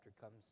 comes